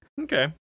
okay